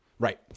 right